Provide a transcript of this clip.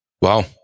Wow